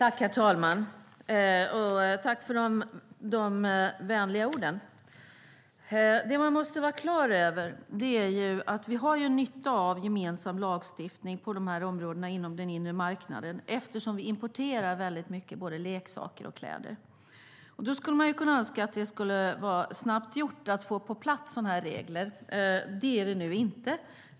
Herr talman! Jag tackar för de vänliga orden. Det man måste vara klar över är att vi har nytta av gemensam lagstiftning på de här områdena inom den inre marknaden, eftersom vi importerar väldigt mycket både leksaker och kläder. Man skulle önska att det vore snabbt gjort att få sådana här regler på plats. Det är det nu inte.